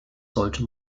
sollte